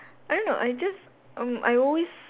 I don't know I just err I always